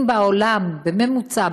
אם בעולם בממוצע,